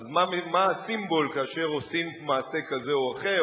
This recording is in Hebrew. אז מה הסימבול כאשר עושים מעשה כזה או אחר,